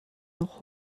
noch